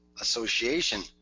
association